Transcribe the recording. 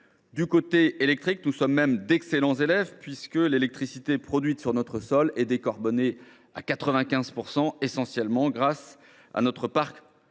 électrique, nous sommes même d’excellents élèves, puisque l’électricité produite sur notre sol est décarbonée à 95 %, principalement grâce à notre parc